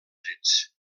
trets